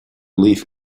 leaf